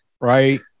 Right